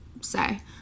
say